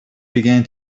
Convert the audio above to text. began